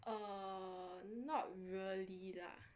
err not really lah